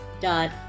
dot